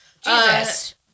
Jesus